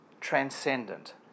transcendent